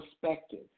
perspective